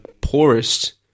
poorest